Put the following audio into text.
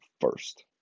first